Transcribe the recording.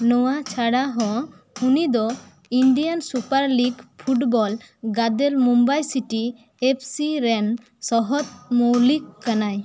ᱱᱚᱣᱟ ᱪᱷᱟᱲᱟ ᱦᱚᱸ ᱩᱱᱤ ᱫᱚ ᱤᱱᱰᱤᱭᱟᱱ ᱥᱩᱯᱟᱨ ᱞᱤᱜᱽ ᱯᱷᱩᱴᱵᱚᱞ ᱜᱟᱫᱮᱞ ᱢᱩᱢᱵᱟᱭ ᱥᱤᱴᱤ ᱮᱯᱷ ᱥᱤ ᱨᱮᱱ ᱥᱚᱦᱚᱫ ᱢᱳᱣᱞᱤᱠ ᱠᱟᱱᱟᱭ